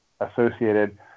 associated